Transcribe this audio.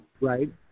Right